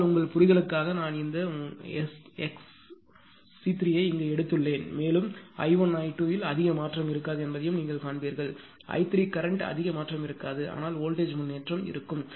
ஆனால் உங்கள் புரிதலுக்காக நான் இந்த உங்கள் xC3 ஐ இங்கு எடுத்துள்ளேன் மேலும் i1 i2 இல் அதிக மாற்றம் இருக்காது என்பதையும் நீங்கள் காண்பீர்கள் i3 கரண்ட் அதிக மாற்றம் இருக்காது ஆனால் வோல்டேஜ் முன்னேற்றம் இருக்கும்